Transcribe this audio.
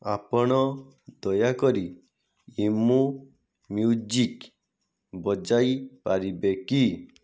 ଆପଣ ଦୟାକରି emo music ବଜାଇ ପାରିବେ କି